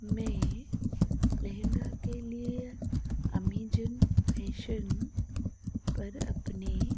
में लहंगाेके लिए अमेजोन फैशन पर अपने